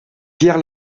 pierre